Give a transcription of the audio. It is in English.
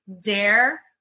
dare